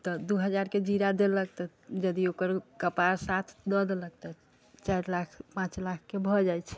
तऽ दू हजारके जीरा देलक यदि ओकर कपार साथ दऽ देलक तऽ चारि लाख पाँच लाखके भऽ जाइ छै